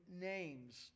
names